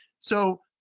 so